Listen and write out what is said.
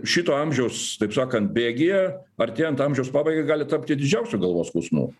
šito amžiaus taip sakant bėgyje artėjant amžiaus pabaigai gali tapti didžiausiu galvos skausmu